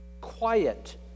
Quiet